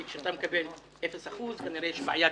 כי כשאתה מקבל אפס אחוזים אז כנראה שיש בעיית